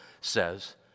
says